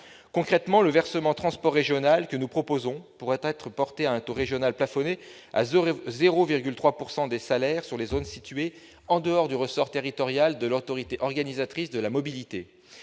Concrètement, le versement transport régional que nous proposons pourra être porté à un taux régional plafonné à 0,3 % des salaires sur les zones situées en dehors du ressort territorial de l'autorité organisatrice de mobilité-